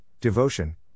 devotion